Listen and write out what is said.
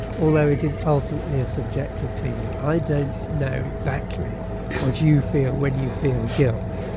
although it is ultimately a subjective feeling. i don't know exactly what you feel when you feel guilt,